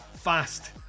fast